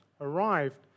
arrived